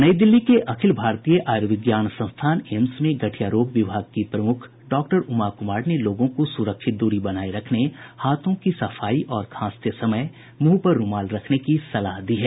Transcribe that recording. नई दिल्ली के अखिल भारतीय आयुर्विज्ञान संस्थान एम्स में गठिया रोग विभाग प्रमुख डॉक्टर उमा कुमार ने लोगों को सुरक्षित दूरी बनाए रखने हाथों की सफाई और खांसते समय मुंह पर रुमाल रखने की सलाह दी है